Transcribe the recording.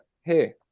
Hey